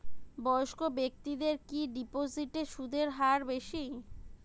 বয়স্ক ব্যেক্তিদের কি ডিপোজিটে সুদের হার বেশি?